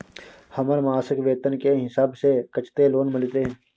हमर मासिक वेतन के हिसाब स कत्ते लोन मिलते?